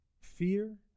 fear